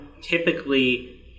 typically